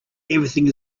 everything